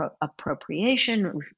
appropriation